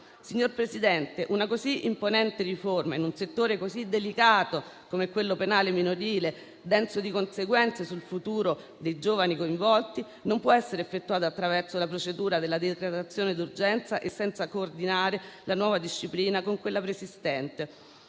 Signor Presidente, una così imponente riforma in un settore così delicato come quello penale minorile, denso di conseguenze sul futuro dei giovani coinvolti, non può essere effettuata attraverso la procedura della decretazione d'urgenza e senza coordinare la nuova disciplina con quella preesistente,